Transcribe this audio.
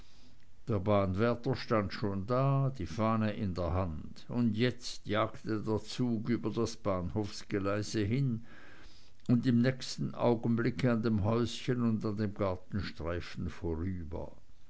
der bahnwärter stand schon da die fahne in der hand und jetzt jagte der zug über das bahnhofsgeleise hin und im nächsten augenblick an dem häuschen und an dem gartenstreifen vorüber